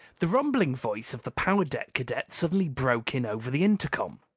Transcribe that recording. the rumbling voice of the power-deck cadet suddenly broke in over the intercom.